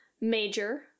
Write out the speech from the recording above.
Major